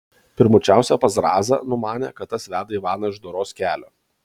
pirmučiausia pas zrazą numanė kad tas veda ivaną iš doros kelio